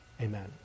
Amen